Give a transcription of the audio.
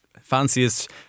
fanciest